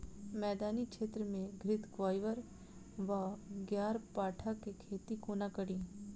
मैदानी क्षेत्र मे घृतक्वाइर वा ग्यारपाठा केँ खेती कोना कड़ी?